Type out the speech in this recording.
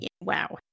Wow